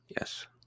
Yes